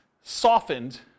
softened